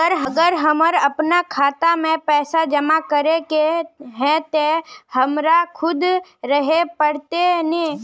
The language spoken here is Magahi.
अगर हमर अपना खाता में पैसा जमा करे के है ते हमरा खुद रहे पड़ते ने?